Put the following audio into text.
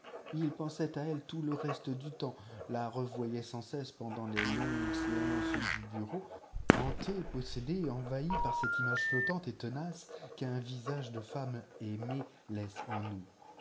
ii pensait à elle tout le reste du temps la revoyait sans cesse pendant les longues séances du bureau hanté possédé envahi par cette image flottante et tenace qu'un visage de femme aimée laisse en nous